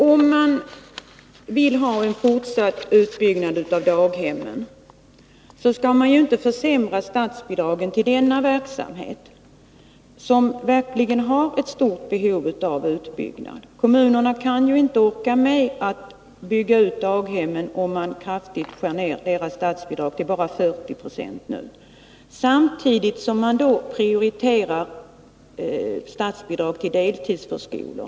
Om man vill ha en fortsatt utbyggnad av daghemmen, skall man ju inte försämra statsbidraget till denna verksamhet, där det verkligen finns ett stort behov av utbyggnad. Kommunerna orkar inte med att bygga daghem, om man skär ner statsbidraget till bara 40 96. Samtidigt med nedskärningen prioriteras statsbidrag till deltidsförskolor.